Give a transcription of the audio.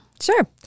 Sure